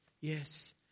yes